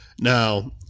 Now